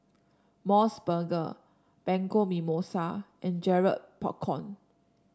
MOS burger Bianco Mimosa and Garrett Popcorn